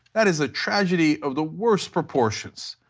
that is a tragedy of the worst proportions.